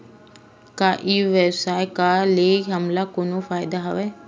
का ई व्यवसाय का ले हमला कोनो फ़ायदा हवय?